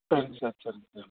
சரிங்க சார் சரிங்க சார்